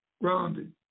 grounded